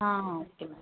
ah okay ma'am